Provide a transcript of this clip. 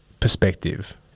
perspective